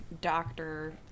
doctor